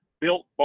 Built